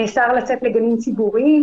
נאסר לצאת לגנים ציבוריים.